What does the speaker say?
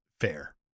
fair